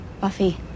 Buffy